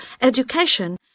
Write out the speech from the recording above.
education